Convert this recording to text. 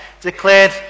declared